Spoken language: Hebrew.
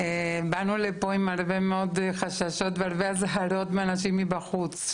באנו לפה עם הרבה מאוד חששות והרבה אזהרות מאנשים מבחוץ,